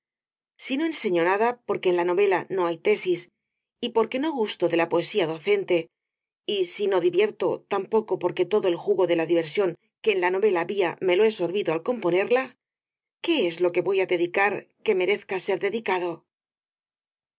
no enseño nada porque en la novela no hay tesis y porque no gusto de la poesía docente y si no divierto tampoco porque todo el jugo de la diversión que en la novela había me lo he sorbido al componerla qué es lo que voy á dedicar que merezca ser dedicado